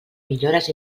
millores